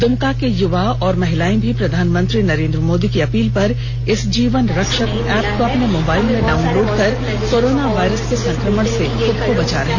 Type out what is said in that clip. द्मका के युवा और महिलाए भी प्रधानमंत्री नरेंद्र मोदी की अपील पर इस जीवन रक्षक ऐप को अपने मोबाइल में डाउनलोड कर कोरोना वायरस के संक्रमण से खुद को बचा रहे हैं